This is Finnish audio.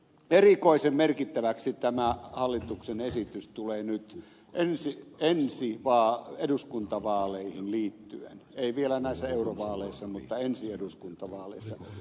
erikoisen merkittävä tämä hallituksen esitys tulee olemaan seuraavissa eduskuntavaaleissa ei vielä näissä eurovaaleissa mutta seuraavissa eduskuntavaaleissa